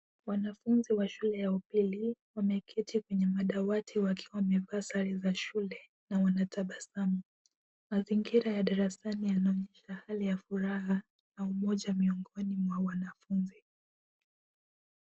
Wanafunzi wa shule ya upili, wameketi kwenye madawati wakiwa wamevaa sare za shule na wanatabasamu. Mazingira ya darasani yanaonyesha hali ya furaha na umoja mwingoni mwa wanafunzi.